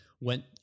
went